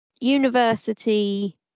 University